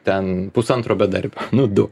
ten pusantro bedarbių nu du